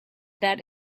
that